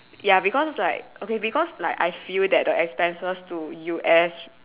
ya because like okay because like I feel that the expenses to U_S